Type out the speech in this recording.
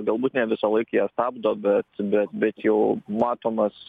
galbūt ne visąlaik jie stabdo bet bet bet jau matomas